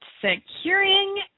securing